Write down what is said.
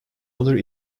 other